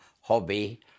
hobby